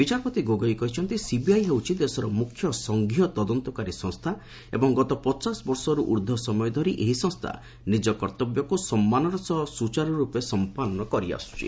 ବିଚାରପତି ଗୋଗୋଇ କହିଛନ୍ତି ସିବିଆଇ ହେଉଛି ଦେଶର ମୁଖ୍ୟ ସଂଘୀୟ ତଦନ୍ତକାରୀ ସଂସ୍ଥା ଏବଂ ଗତ ପଚାଶବର୍ଷରୁ ଊର୍ଦ୍ଧ୍ୱ ସମୟ ଧରି ଏହି ସଂସ୍ଥା ନିଜ କର୍ତ୍ତବ୍ୟକୁ ସମ୍ମାନର ସହ ସୂଚାରୁ ରୂପେ ସମ୍ପନ୍ନ କରି ଆସୁଛି